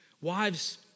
Wives